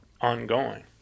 ongoing